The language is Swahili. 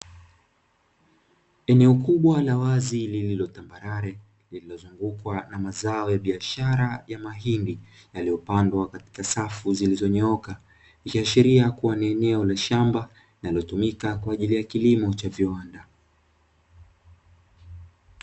Eneo kubwa la wazi lililo tambarare lililozungukwa na mazao ya biashara ya mahindi, yaliyopandwa katika safu zilizonyooka ikiashiria kuwa ni eneo la shamba linalotumika kwa ajili ya kilimo cha viwanda.